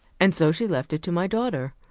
and so she left it to my daughter.